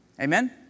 Amen